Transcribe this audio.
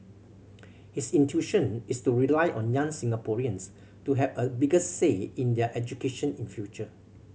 his intuition is to rely on young Singaporeans to have a bigger say in their education in future